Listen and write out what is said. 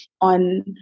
on